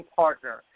partner